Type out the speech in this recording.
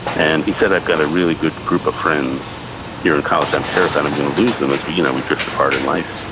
and he said, i've got a really good group of friends here in college. i'm terrified i'm going to lose them as we you know we drift apart in life.